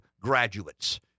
graduates